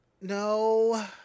No